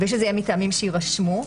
ושזה יהיה מטעמים שיירשמו,